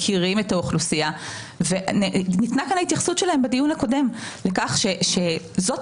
מכירים את האוכלוסייה ובדיון הקודם ניתנה כאן